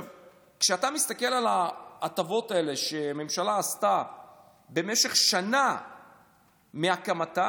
כשאתה מסתכל על ההטבות האלה שהממשלה עשתה במשך שנה מהקמתה